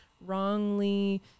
wrongly